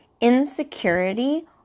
insecurity